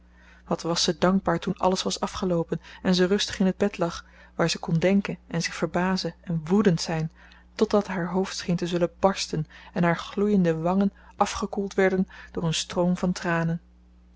wat was ze dankbaar toen alles was afgeloopen en ze rustig in het bed lag waar ze kon denken en zich verbazen en woedend zijn totdat haar hoofd scheen te zullen barsten en haar gloeiende wangen afgekoeld werden door een stroom van tranen